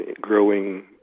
growing